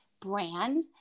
brand